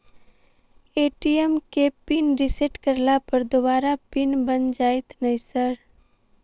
ATM केँ pin reset करला पर दोबारा पिन बन जाइत नै सर?